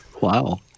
Wow